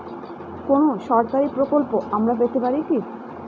কোন সরকারি প্রকল্প আমরা পেতে পারি কি?